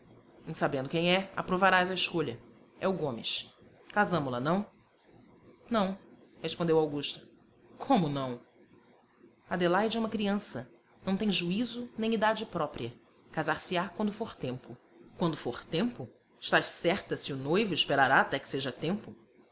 sabendo quem é aprovarás a escolha é o gomes casamo la não não respondeu augusta como não adelaide é uma criança não tem juízo nem idade própria casar-se-á quando for tempo quando for tempo estás certa se o noivo esperará até que seja tempo